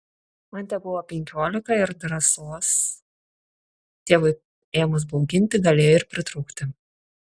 man tebuvo penkiolika ir drąsos tėvui ėmus bauginti galėjo ir pritrūkti